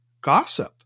gossip